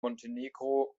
montenegro